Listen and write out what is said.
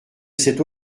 cette